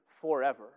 forever